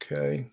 Okay